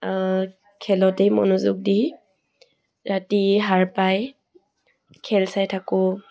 খেলতেই মনোযোগ দি ৰাতি সাৰ পাই খেল চাই থাকোঁ